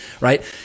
right